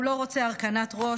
הוא לא רוצה הרכנת ראש.